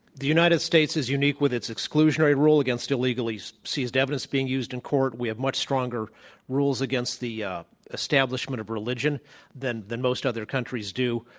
the united states is unique with its exclusionary rule against illegally seized evidence being used in court. we have much stronger rules against the ah establishment of religion than than most other countries do,